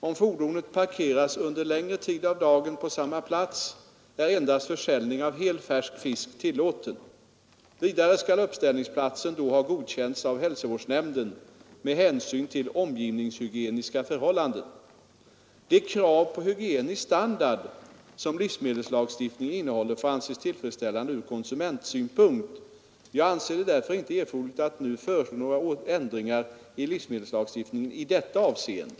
Om fordonet parkeras under längre tid av dagen på samma plats är endast försäljning av hel färsk fisk tillåten. Vidare skall uppställningsplatsen då ha godkänts av hälsovårdsnämnden med hänsyn till omgivningshygieniska förhållanden. De krav på hygienisk standard som livsmedelslagstiftningen innehåller får anses tillfredsställande ur konsumentsynpunkt. Jag anser det därför inte erforderligt att nu föreslå några ändringar i livsmedelslagstiftningen i detta avseende.